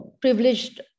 privileged